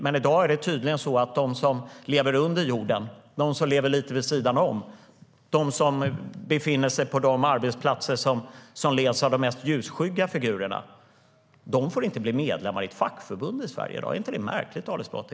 Men i dag är det tydligen så att de som lever under jorden, som lever lite vid sidan om, som befinner sig på de arbetsplatser som leds av de mest ljusskygga figurerna får inte blir medlemmar i ett fackförbund i Sverige i dag. Är inte det märkligt, Ali Esbati?